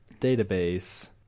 database